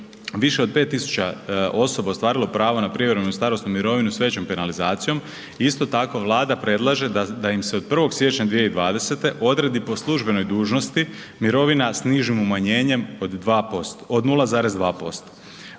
više od 5000 osoba je ostvarilo pravo na prijevremenu i starosnu mirovinu s većom penalizacijom, isto tako Vlada predlaže da im se od 1. siječnja 2020. odredi po službenoj dužnosti mirovina s nižim umanjenjem od 0,2%.